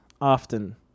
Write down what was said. often